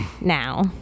now